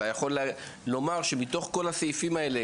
אתה יכול לומר שמתוך כל הסעיפים האלה,